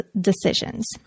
decisions